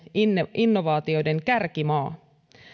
innovaatioiden kärkimaa